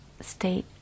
state